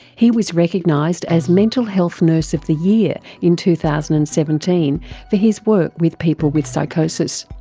he was recognised as mental health nurse of the year in two thousand and seventeen for his work with people with psychosis.